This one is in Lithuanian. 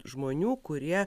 žmonių kurie